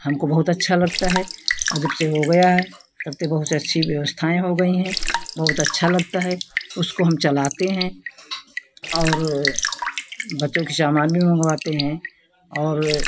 हमको बहुत अच्छा लगता है और जब से हो गया है तब से बहुत अच्छी व्यवस्थाएँ हो गई हैं बहुत अच्छा लगता है उसको हम चलाते हैं और बच्चों के सामान भी मँगवाते हैं और